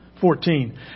Fourteen